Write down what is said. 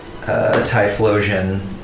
Typhlosion